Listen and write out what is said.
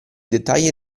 dettagli